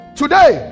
today